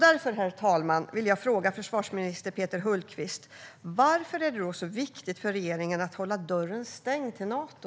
Därför, herr talman, vill jag fråga försvarsminister Peter Hultqvist varför det är så viktigt för regeringen att hålla dörren stängd till Nato.